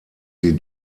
sie